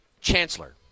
chancellor